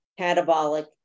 catabolic